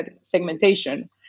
segmentation